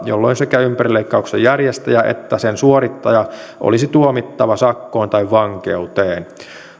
jolloin sekä ympärileikkauksen järjestäjä että sen suorittaja olisi tuomittava sakkoon tai vankeuteen